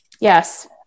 yes